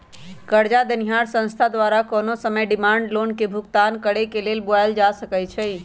करजा देनिहार संस्था द्वारा कोनो समय डिमांड लोन के भुगतान करेक लेल बोलायल जा सकइ छइ